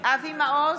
אבי מעוז,